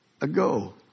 ago